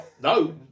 No